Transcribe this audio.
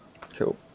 Cool